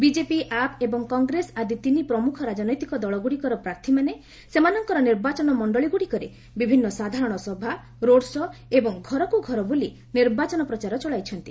BJP AAP ଏବଂ କଂଗ୍ରେସ ଆଦି ତିନି ପ୍ରମୁଖ ରାଜନୈତିକ ଦଳଗୁଡ଼ିକର ପ୍ରାର୍ଥୀମାନେ ସେମାନଙ୍କର ନିର୍ବାଚନ ମଣ୍ଡଳୀଗୁଡ଼ିକରେ ବିଭିନ୍ନ ସାଧାରଣ ସଭା ରୋଡ୍ ଶୋ' ଏବଂ ଘରକୁ ଘର ବୁଲି ନିର୍ବାଚନ ପ୍ରଚାର ଚଳାଇଛନ୍ତି